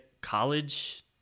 college